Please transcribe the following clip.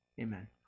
amen